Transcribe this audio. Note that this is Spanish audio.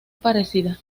parecida